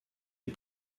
est